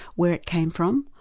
where it came from,